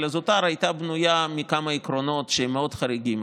הזוטר הייתה בנויה מכמה עקרונות מאוד חריגים,